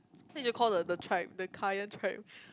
then you should call the the tribe the Kayan tribe